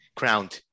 Crowned